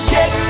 Get